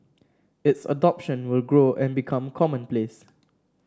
its adoption will grow and become commonplace